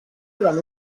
durant